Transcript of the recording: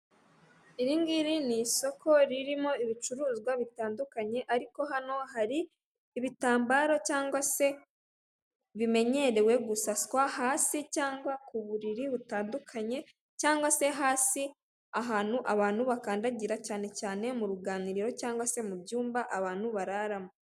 Iri ngiri ni isoko ririmo ibicuruzwa bitandukanye, ariko hano hari ibitambaro cyangwa se bimenyerewe gusaswa hasi cyangwa ku buriri butandukanye cyangwa se hasi ahantu abantu bakandagira cyane cyane mu ruganiriro cyangwa se mu byumba abantu bararamo.